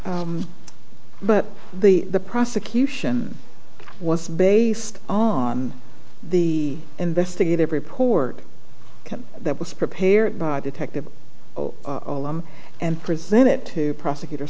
but the the prosecution was based on the investigative report that was prepared by detective and presented to the prosecutor